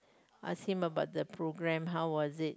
ask him about the program how was it